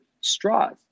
straws